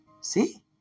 See